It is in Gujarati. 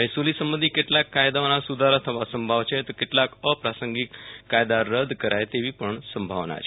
મહેસુલ સંબંધી કેટલાક કાયદાઓમાં સુધારા થવા સંભવ છે તો કેટલાક અપ્રસંગીક કાયદા રદ્ કરાય તેવી પણ સંભાવના છે